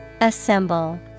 Assemble